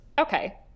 okay